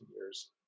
years